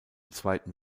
zweiten